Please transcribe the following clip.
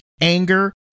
anger